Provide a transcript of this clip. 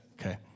okay